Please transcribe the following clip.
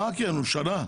כיהנה שנה.